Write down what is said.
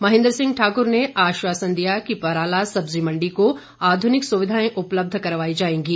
महेन्द्र सिंह ठाकुर ने आश्वासन दिया कि पराला सब्जी मंडी को आधुनिक सुविधाएं उपलब्ध करवाई जाएंगी